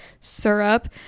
syrup